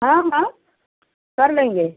हाँ हाँ कर लेंगे